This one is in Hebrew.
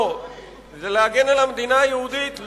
זה להגן על המדינה היהודית.